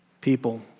People